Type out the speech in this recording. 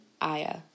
Aya